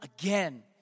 again